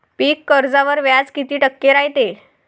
पीक कर्जावर व्याज किती टक्के रायते?